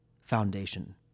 foundation